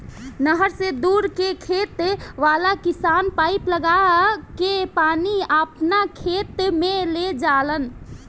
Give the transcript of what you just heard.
नहर से दूर के खेत वाला किसान पाइप लागा के पानी आपना खेत में ले जालन